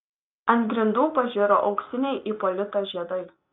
ant grindų pažiro auksiniai ipolito žiedai